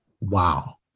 wow